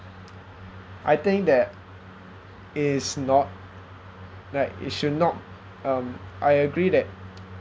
I think that it's not like it should not um I agree that